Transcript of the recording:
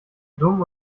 dumm